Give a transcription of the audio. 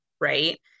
right